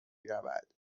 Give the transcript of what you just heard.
میرود